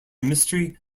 mystery